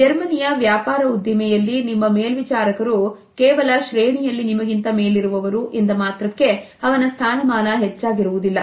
ಜರ್ಮನಿಯ ವ್ಯಾಪಾರ ಉದ್ದಿಮೆಯಲ್ಲಿ ನಿಮ್ಮ ಮೇಲ್ವಿಚಾರಕರು ಕೇವಲ ಶ್ರೇಣಿಯಲ್ಲಿ ನಿಮಗಿಂತ ಮೇಲಿರುವರು ಎಂದಮಾತ್ರಕ್ಕೆ ಅವನ ಸ್ಥಾನಮಾನ ಹೆಚ್ಚಾಗಿರುವುದಿಲ್ಲ